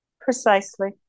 Precisely